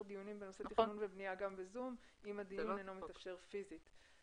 דיונים בנושא תכנון ובנייה גם ב-זום אם הדיון אינו מתאפשר פיזית.